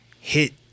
Hit